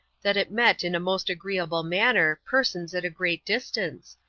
that it met, in a most agreeable manner, persons at a great distance,